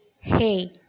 Hey